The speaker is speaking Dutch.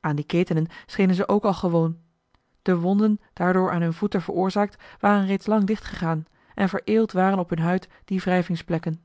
aan die ketenen schenen ze ook al gewoon de wonden daardoor aan hun voeten veroorzaakt waren reeds lang dichtgegaan en vereelt waren op hun huid die wrijvingsplekken